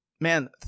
Man